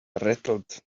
rattled